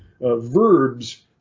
verbs